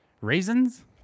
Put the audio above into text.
Raisins